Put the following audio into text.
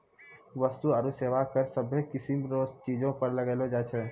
वस्तु आरू सेवा कर सभ्भे किसीम रो चीजो पर लगैलो जाय छै